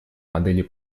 моделей